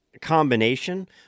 combination